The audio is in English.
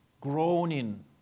groaning